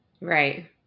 Right